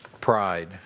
Pride